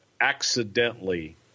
accidentally